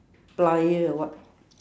plier or what